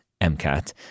MCAT